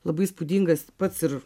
labai įspūdingas pats ir